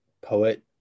poet